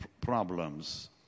problems